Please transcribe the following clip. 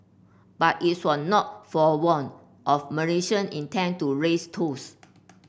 but its were not forewarned of Malaysia intent to raise tolls